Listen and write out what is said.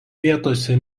vietose